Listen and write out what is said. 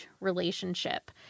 relationship